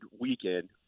weekend